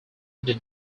did